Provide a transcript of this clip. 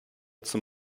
zum